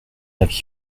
avis